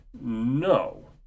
No